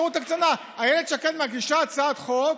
איילת שקד מגישה הצעת חוק,